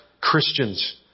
Christians